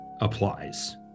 applies